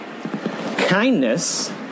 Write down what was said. Kindness